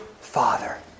Father